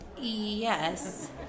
Yes